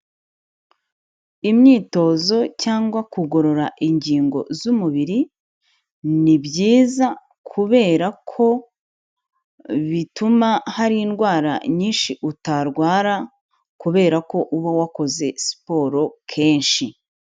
Imyitozo cyangwa kugorora ingingo z'umubiri ni byiza kubera ko bituma hari indwara nyinshi utarwara kubera ko uba wakoze siporo kenshi.